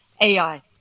AI